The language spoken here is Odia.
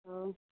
ହଉ